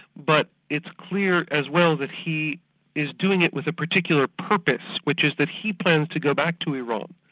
but it's clear as well that he is doing it with a particular purpose, which is that he plans to go back to iran,